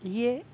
ये